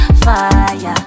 fire